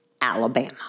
Alabama